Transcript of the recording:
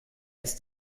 ist